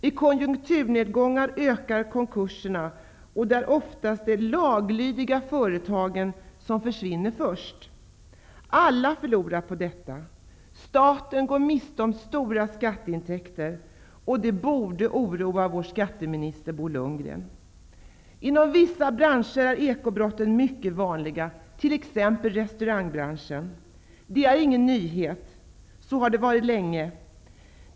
I konjunkturnedgångar ökar konkurserna, och det är ofta de laglydiga företagen som försvinner först. Alla förlorar på detta. Staten går miste om stora skatteintäkter, vilket borde oroa vår skatteminister, Inom vissa branscher är ekobrotten mycket vanliga, t.ex. inom restaurangbranschen. Det är ingen nyhet. Så har det varit länge.